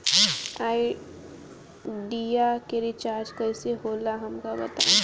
Idea के recharge कईसे होला हमका बताई?